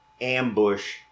ambush